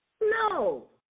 No